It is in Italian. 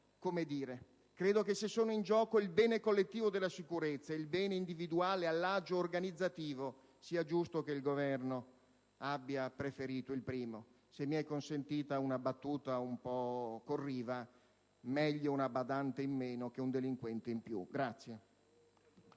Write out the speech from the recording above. E credo che, se sono in gioco il bene collettivo della sicurezza e il bene individuale all'agio organizzativo, sia giusto che il Governo abbia preferito il primo. Se mi è consentita una battuta un po' corriva, meglio una badante in meno che un delinquente in più.